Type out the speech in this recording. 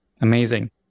Amazing